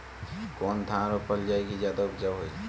कौन धान रोपल जाई कि ज्यादा उपजाव होई?